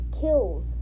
kills